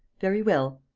very well!